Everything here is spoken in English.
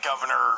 Governor